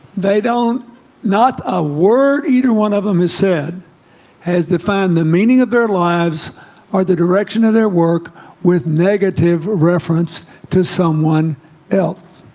they don't not a word either one of them has said has defined the meaning of their lives or the direction of their work with negative? reference to someone else